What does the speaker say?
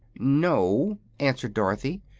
no, answered dorothy.